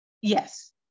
Yes